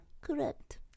Correct